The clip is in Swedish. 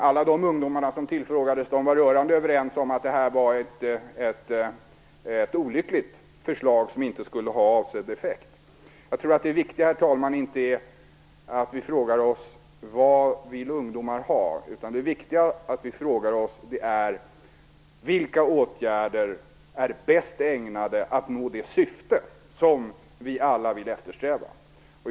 Alla de ungdomar som tillfrågades var rörande överens om att det var ett olyckligt förslag som inte skulle ha avsedd effekt. Jag tror att det viktiga, herr talman, inte är att vi frågar oss vad ungdomar vill ha. Det som är viktigt är att vi frågar oss vilka åtgärder som är bäst ägnade att nå det syfte som vi alla vill eftersträva.